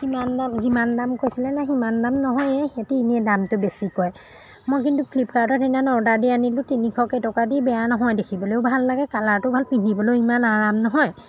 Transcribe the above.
সিমান দাম যিমান দাম কৈছিলে ন সিমান দাম নহয়ে সেঁহেতি এনেয়ে দামটো বেছি কয় মই কিন্তু ফ্লিপকাৰ্টত সেইদিনাখন অৰ্ডাৰ দি আনিলোঁ তিনিশকৈ টকা দি বেয়া নহয় দেখিবলৈয়ো ভাল লাগে কালাৰটো ভাল পিন্ধিবলৈয়ো ইমান আৰাম নহয়